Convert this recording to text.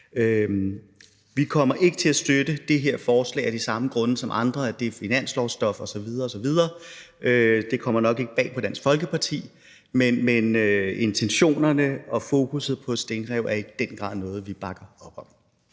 Vi kommer ikke til at støtte det her forslag af de samme grunde, som andre har haft, altså at det er finanslovsstof osv. osv., og det kommer nok ikke bag på Dansk Folkeparti. Men intentionerne og fokusset på stenrev er i den grad noget, som vi bakker op om.